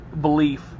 belief